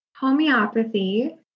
homeopathy